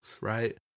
right